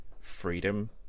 freedom